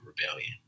rebellion